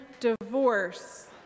divorce